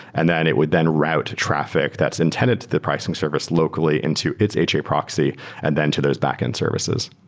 and then it would then route traffic that's intended to the pricing service locally into its ha proxy and then to those backend services